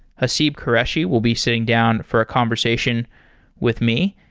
haseeb qureshi will be sitting down for a conversation with me,